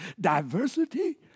Diversity